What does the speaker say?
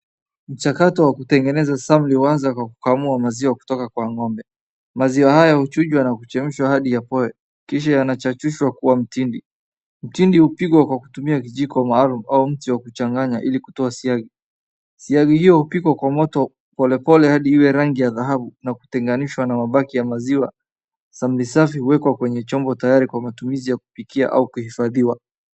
Mchakato wa kutengeneza samli huanza kwa kukamua maziwa kutoka kwa ng'ombe .Maziwa haya huchujwa na kuchemshwa hadi yapoe kisha yanachachishiwa kuwa mtindi. Mtindi hupigwa kwa kutumia kijiko maalum au mti wa kuchanganya ili kutoa siagi. Siagi hiyo upigwa kwa moto pope pole hadi liwe rangi ya dhahabu na kutenganishwa na mabaki ya maziwa samli safi huwekwa kwenye chombo tayari ya matumizi ya kupikia au kuhifadhiwa.